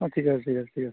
অ ঠিক আছে ঠিক আছে ঠিক আছে